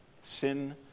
sin